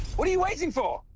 what are you waiting for?